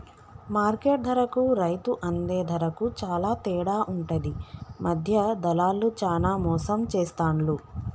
market ధరకు రైతు అందే ధరకు చాల తేడా ఉంటది మధ్య దళార్లు చానా మోసం చేస్తాండ్లు